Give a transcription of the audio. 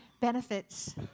benefits